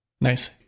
Nice